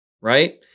right